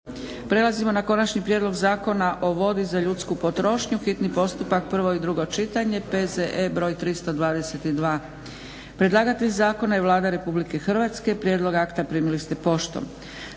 Prelazimo na - Konačni prijedlog zakona o vodi za ljudsku potrošnju, hitni postupak, prvo i drugo čitanje, PZE br. 322 Predlagatelj zakona je Vlada Republike Hrvatske. Prijedlog akta primili ste poštom.